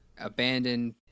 abandoned